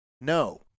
No